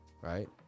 right